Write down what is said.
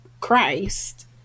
Christ